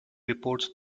reports